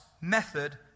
method